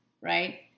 right